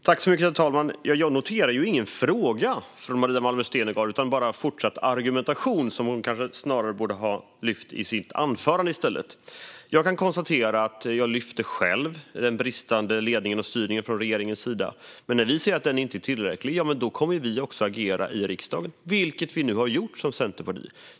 Herr talman! Jag noterar ingen fråga från Maria Malmer Stenergard utan bara fortsatt argumentation, som hon kanske borde ha lyft i sitt anförande i stället. Jag kan konstatera att jag själv lyfte den bristande ledningen och styrningen från regeringens sida. Men när vi i Centerpartiet säger att den inte är tillräcklig kommer vi att agera i riksdagen, vilket vi nu har gjort.